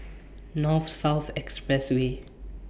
North South Expressway